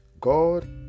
God